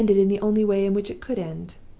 it ended in the only way in which it could end.